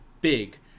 big